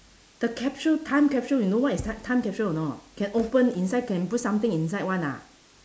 the capsule time capsule you know what is ti~ time capsule or not can open inside can put something inside [one] ah